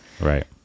right